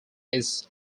its